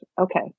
okay